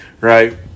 right